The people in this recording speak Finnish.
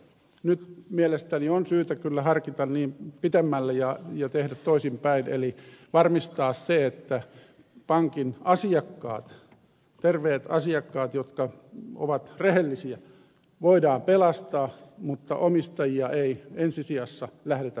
nyt mielestäni on syytä kyllä harkita pitemmälle ja tehdä toisinpäin eli varmistaa se että pankin asiakkaat terveet asiakkaat jotka ovat rehellisiä voidaan pelastaa mutta omistajia ei ensi sijassa lähdetä pelastamaan